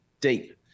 deep